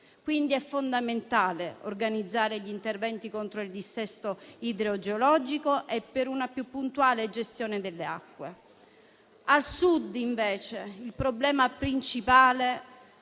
cui è fondamentale organizzare gli interventi contro il dissesto idrogeologico e per una più puntuale gestione delle acque. Al Sud invece il problema principale